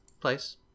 place